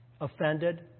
offended